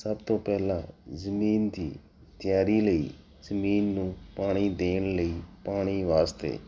ਸਭ ਤੋਂ ਪਹਿਲਾਂ ਜ਼ਮੀਨ ਦੀ ਤਿਆਰੀ ਲਈ ਜ਼ਮੀਨ ਨੂੰ ਪਾਣੀ ਦੇਣ ਲਈ ਪਾਣੀ ਵਾਸਤੇ